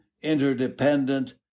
Interdependent